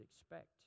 expect